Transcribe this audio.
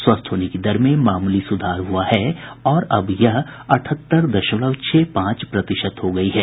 स्वस्थ होने की दर में मामूली सुधार हुआ है और अब यह अठहत्तर दशमलव छह पांच प्रतिशत हो गयी है